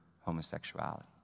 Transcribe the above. homosexuality